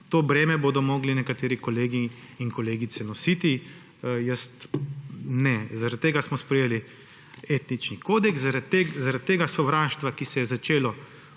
to breme bodo morali nekateri kolegi in kolegice nositi, jaz ne. Zaradi tega smo sprejeli etični kodeks. Zaradi tega sovraštva, ki se je začelo